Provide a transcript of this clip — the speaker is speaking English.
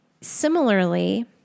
Similarly